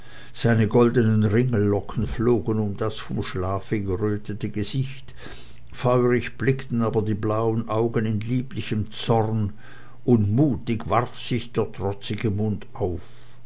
seine goldenen ringellocken flogen um das vom schlafe gerötete gesicht feurig blickten aber die blauen augen in lieblichem zorn und mutig warf sich der trotzige mund auf